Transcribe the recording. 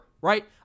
Right